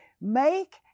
Make